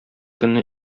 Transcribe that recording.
көнне